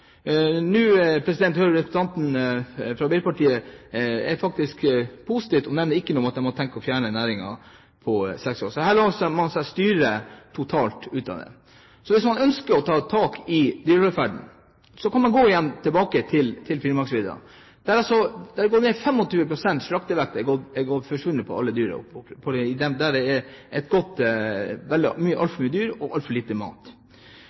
hører jeg at representanten fra Arbeiderpartiet faktisk er positiv og nevner ikke noe om at de har tenkt å fjerne næringen på seks år. Men her lar man seg styre totalt. Hvis man ønsker å ta tak i dyrevelferden, kan man gå til Finnmarksvidda. Der har slaktevekten gått ned